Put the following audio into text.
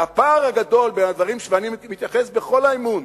והפער הגדול בין הדברים ואני מתייחס בכל האמון